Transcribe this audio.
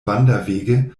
wanderwege